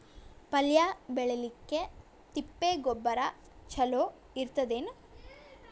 ಪಲ್ಯ ಬೇಳಿಲಿಕ್ಕೆ ತಿಪ್ಪಿ ಗೊಬ್ಬರ ಚಲೋ ಇರತದೇನು?